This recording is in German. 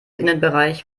innenbereich